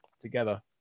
together